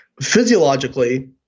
Physiologically